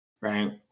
Right